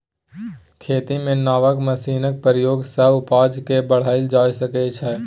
खेती मे नबका मशीनक प्रयोग सँ उपजा केँ बढ़ाएल जा सकै छै